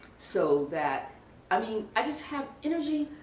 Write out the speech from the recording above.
so that i mean i just have energy,